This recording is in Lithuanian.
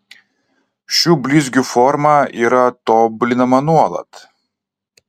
šių blizgių forma yra tobulinama nuolat